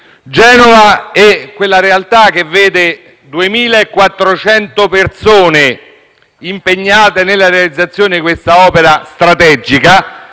Genova è quella realtà che vede 2.400 persone impegnate nella realizzazione di questa opera strategica,